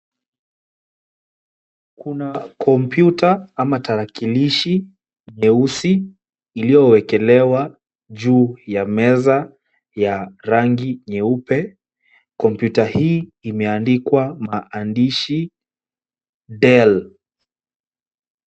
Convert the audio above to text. Kuna computer ama tarakilishi nyeusi iliyowekelewa kwa juu ya meza ya rangi nyeupe. Computer hii imeandikwa maandishi Dell.